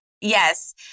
Yes